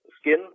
skin